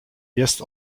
jest